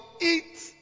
eat